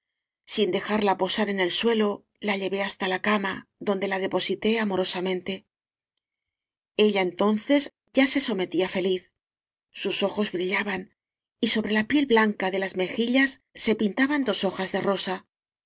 sin dejarla posar en el suelo la llevé hasta la cama donde la depo sité amorosamente ella entonces ya se so metía feliz sus ojos brillaban y sobre la piel blanca de las mejillas se pintaban dos hojas de rosa